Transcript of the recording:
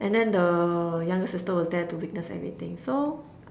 and then the younger sister was there to witness everything so